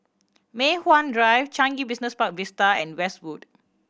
Mei Hwan Drive Changi Business Park Vista and Westwood